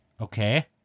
Okay